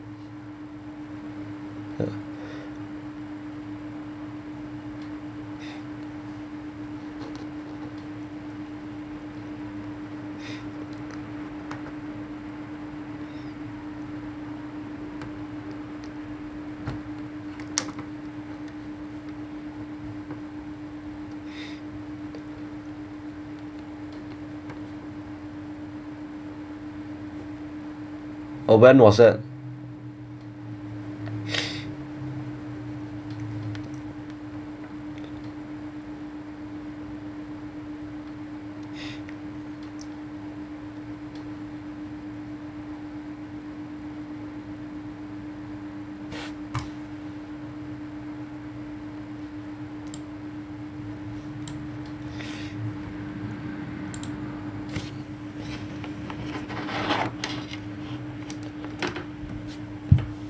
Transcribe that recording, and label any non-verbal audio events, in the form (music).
oh when was that (breath)